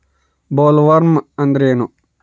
Bollworm ಅಂದ್ರೇನು?